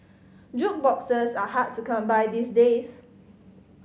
jukeboxes are hard to come by these days